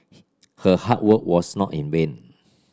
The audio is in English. her hard work was not in vain